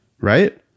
Right